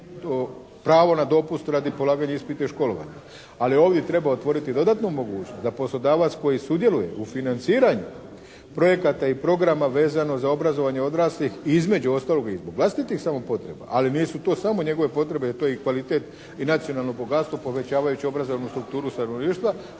pravo na dopust radi polaganja ispita i školovanja, ali ovdje treba otvoriti dodatnu mogućnost da poslodavac koji sudjeluje u financiranju projekata i programa vezano za obrazovanje odraslih između ostalog i zbog vlastitih samo potreba, ali nisu to samo njegove potrebe jer to je kvalitet i nacionalno bogatstvo povećavajući obrazovnu strukturu stanovništva,